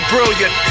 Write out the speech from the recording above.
Brilliant